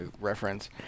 reference